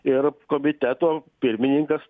ir komiteto pirmininkas